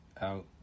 out